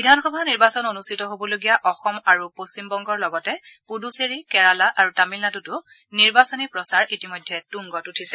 বিধান সভা নিৰ্বাচন অনুষ্ঠিত হ'বলগীয়া অসম আৰু পশ্চিম বংগৰ লগতে পুডুচেৰী কেৰালা আৰু তামিলনাডুতো নিৰ্বাচনী প্ৰচাৰ ইতিমধ্যে তুংগত উঠিছে